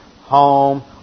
home